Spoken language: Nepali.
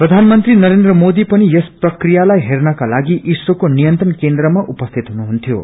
प्रधानमन्त्री नरेन्द्र मोदी पनि यस प्रक्रियालाई हेर्नकालागि ईस्रोको नियंत्रण केन्द्रमा उपस्थित हुनुहुन्थ्यो